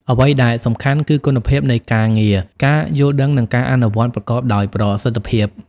អ្វីដែលសំខាន់គឺ គុណភាពនៃការងារ ការយល់ដឹង និងការអនុវត្តប្រកបដោយប្រសិទ្ធភាព។